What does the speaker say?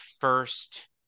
first